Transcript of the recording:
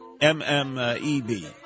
M-M-E-B